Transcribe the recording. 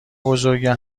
بزرگه